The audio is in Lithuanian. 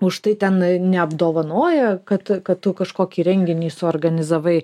už tai ten neapdovanojo kad kad kažkokį renginį suorganizavai